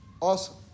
awesome